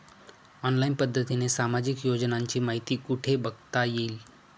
Online पद्धतीने सामाजिक योजनांची माहिती कुठे बघता येईल?